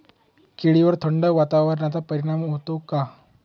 केळीवर थंड वातावरणाचा परिणाम होतो का?